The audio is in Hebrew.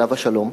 עליו השלום,